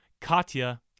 Katya